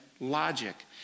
logic